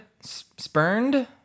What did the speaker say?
spurned